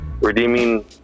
redeeming